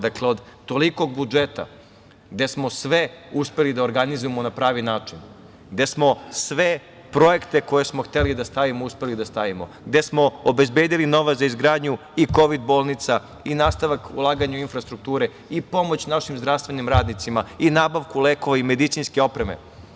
Dakle, od tolikog budžeta gde smo sve uspeli da organizujemo na pravi način, gde smo sve projekte koje smo hteli da stavimo uspeli da stavimo, gde smo obezbedili novac za izgradnju i Kovid bolnica i nastavak ulaganja u infrastrukturu i pomoć našim zdravstvenim radnicima i nabavku lekova i medicinske opreme.